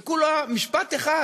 זה כולה משפט אחד,